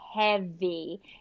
heavy